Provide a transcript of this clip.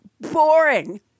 boring